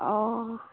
অঁ